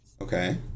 Okay